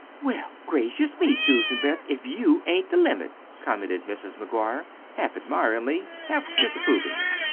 well, gracious me, susan betts, if you ain't the limit! commented mrs. mcguire, half admiringly, half disapprovingly.